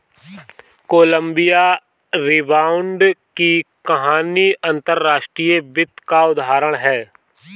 Colombia rebound की कहानी अंतर्राष्ट्रीय वित्त का उदाहरण है